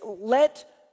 let